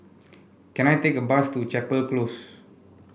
can I take a bus to Chapel Close